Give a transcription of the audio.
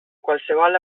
qualsevol